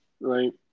right